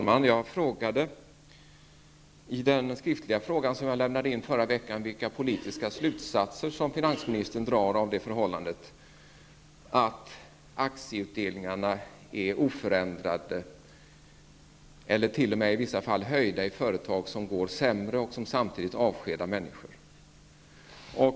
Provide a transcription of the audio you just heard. Fru talman! I den skriftliga fråga som jag lämnade in förra veckan frågade jag vilka politiska slutsatser som finansministern drar av det förhållandet att aktieutdelningarna är oförändrade eller i vissa fall t.o.m. höjs i företag som går sämre och som samtidigt avskedar människor.